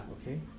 okay